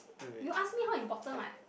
you ask me how important [what]